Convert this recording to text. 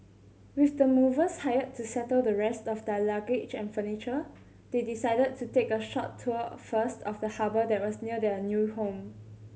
with the movers hired to settle the rest of their luggage and furniture they decided to take a short tour first of the harbour that was near their new home